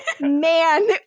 man